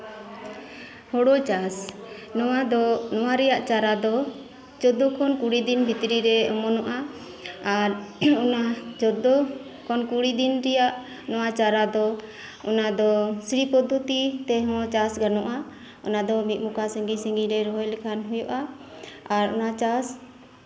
ᱦᱳᱲᱳ ᱪᱟᱥ ᱱᱚᱣᱟ ᱨᱮᱭᱟᱜ ᱪᱟᱨᱟ ᱫᱚ ᱪᱳᱫᱽᱫᱳ ᱠᱷᱚᱱ ᱠᱩᱲᱤ ᱫᱤᱱ ᱵᱷᱤᱛᱨᱤ ᱨᱮ ᱚᱢᱚᱱᱚᱜᱼᱟ ᱱᱚᱣᱟ ᱪᱳᱫᱫᱳ ᱠᱷᱚᱱ ᱠᱩᱲᱤ ᱫᱤᱱ ᱨᱮᱭᱟᱜ ᱱᱚᱣᱟ ᱪᱟᱨᱟ ᱫᱚ ᱚᱱᱟ ᱫᱤ ᱥᱨᱤ ᱯᱚᱫᱽᱫᱷᱚᱛᱤ ᱛᱮᱦᱚᱸ ᱪᱟᱥ ᱜᱟᱱᱚᱜᱼᱟ ᱚᱱᱟ ᱫᱚ ᱢᱤᱫ ᱢᱚᱠᱟ ᱥᱟᱹᱜᱤᱧ ᱥᱟᱸᱜᱤᱧ ᱨᱚᱦᱚᱭ ᱞᱮᱠᱷᱟᱱ ᱦᱳᱭᱳᱜᱼᱟ ᱟᱨ ᱚᱱᱟ ᱪᱟᱥ